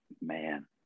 Man